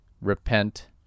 repent